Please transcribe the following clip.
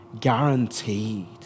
Guaranteed